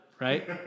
Right